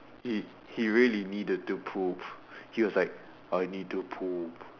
he he really needed to poop he was like I need to poop